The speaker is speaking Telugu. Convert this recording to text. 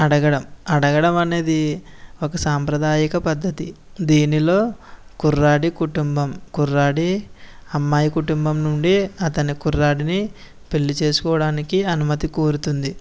అడగడం అడగడం అనేది ఒక సాంప్రదాయక పద్ధతి దీనిలో కుర్రాడి కుటుంబం కుర్రాడి అమ్మాయి కుటుంబం నుండి అతని కుర్రాడిని పెళ్లి చేసుకోవడానికి అనుమతి కోరుతుంది